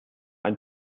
ein